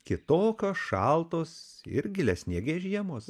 kitokio šaltos ir giliasniegės žiemos